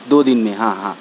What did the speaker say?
دو دن میں ہاں ہاں